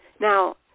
Now